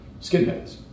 skinheads